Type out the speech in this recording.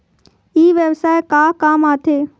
ई व्यवसाय का काम आथे?